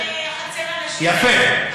יפה.